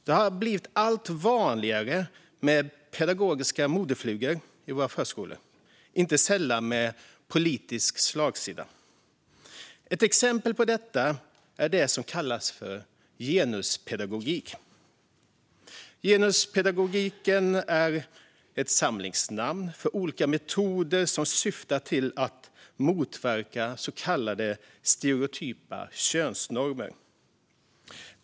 Det har blivit allt vanligare med pedagogiska modeflugor i förskolan, inte sällan med en politisk slagsida. Ett exempel på detta är det som kallas genuspedagogik. Det är ett samlingsnamn för olika metoder som syftar till att motverka så kallade stereotypa könsnormer.